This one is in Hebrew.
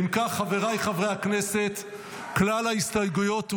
אם כך, חבריי חברי הכנסת, כלל ההסתייגויות הוסרו,